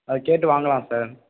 அதை கேட்டு வாங்கலாம் சார்